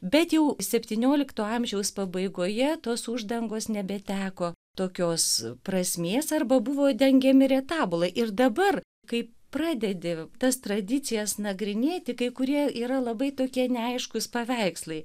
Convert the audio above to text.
bet jau septyniolikto amžiaus pabaigoje tos uždangos nebeteko tokios prasmės arba buvo dengiami retabulai ir dabar kai pradedi tas tradicijas nagrinėti kai kurie yra labai tokie neaiškūs paveikslai